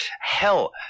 Hell